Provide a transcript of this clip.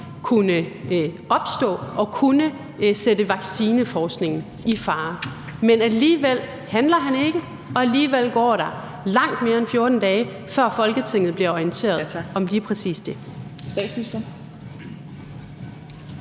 kunne opstå og kunne bringe vaccineforskningen i fare. Men alligevel handler han ikke, og alligevel går der langt mere end 14 dage, før Folketinget bliver orienteret om lige præcis det.